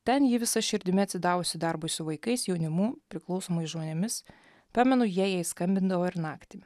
ten ji visa širdimi atsidavusi darbui su vaikais jaunimu priklausomais žmonėmis pamenu jie jai skambindavo ir naktį